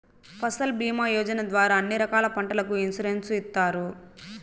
ఫసల్ భీమా యోజన ద్వారా అన్ని రకాల పంటలకు ఇన్సురెన్సు ఇత్తారు